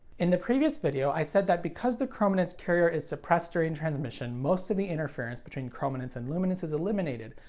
in the previous video, i said that because the chrominance carrier is suppressed during transmission, most of the interference between chrominance and luminance is eliminated.